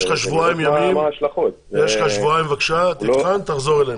יש לך שבועיים ימים, תבחן בבקשה, תחזור אלינו.